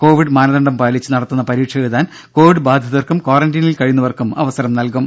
Covid മാനദണ്ഡം പാലിച്ച് നടത്തുന്ന പരീക്ഷ എഴുതാൻ കോവിഡ് ബാധിതർക്കും ക്വാറന്റീനിൽ കഴിയുന്നവർക്കും അവസരം നൽകും